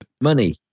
Money